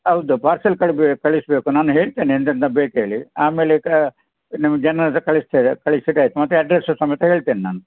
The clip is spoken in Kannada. ಹೌದು ಪಾರ್ಸೆಲ್ ಕಳ್ಬೆ ಕಳಿಸಬೇಕು ನಾನು ಹೇಳ್ತೇನೆ ಎಂತೆಂತ ಬೇಕು ಹೇಳಿ ಆಮೇಲೆ ಕ ನಿಮ್ಮ ಜನದ್ದು ಕಳಿಸ್ತೇವೆ ಮತ್ತು ಅಡ್ರೆಸ್ಸು ಸಮೇತ ಹೇಳ್ತೇನೆ ನಾನು